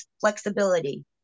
flexibility